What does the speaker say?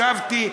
ישבתי,